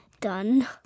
Done